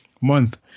month